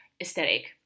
aesthetic